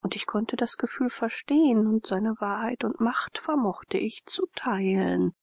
und ich konnte das gefühl verstehen und seine wahrheit und macht vermochte ich zu teilen